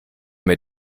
mit